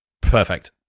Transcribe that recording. Perfect